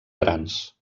grans